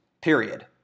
Period